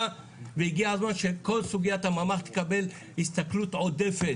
והגיע הזמן שכל סוגיית הממ"ח תקבל הסתכלות עודפת,